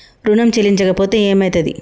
ఋణం చెల్లించకపోతే ఏమయితది?